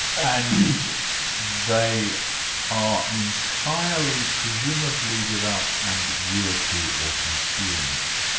and they are entirely presumably without ambiguity or concealment?